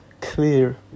clear